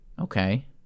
Okay